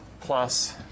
plus